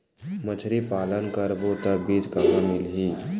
मछरी पालन करबो त बीज कहां मिलही?